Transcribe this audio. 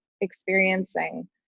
experiencing